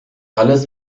alles